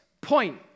point